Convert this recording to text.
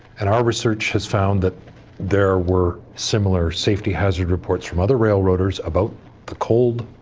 and our research has found that there were similar safety hazard reports from other railroaders about the cold,